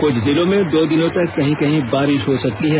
कुछ जिलों में दो दिनों तक कहीं कहीं बारिश हो सकती है